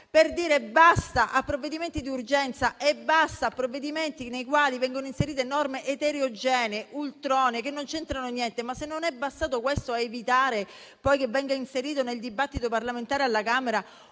per dire basta a provvedimenti di urgenza e basta a provvedimenti nei quali vengono inserite norme eterogenee ed ultronee, che non c'entrano niente, se non è bastato questo a evitare che venisse inserita, nel dibattito parlamentare alla Camera,